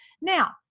Now